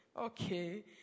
okay